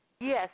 Yes